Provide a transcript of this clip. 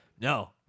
No